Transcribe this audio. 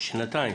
שנתיים